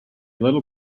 little